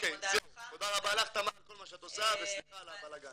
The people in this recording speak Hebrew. תודה רבה לך תמר על כל מה שאת עושה וסליחה על הבלגן.